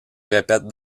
répètent